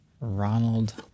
Ronald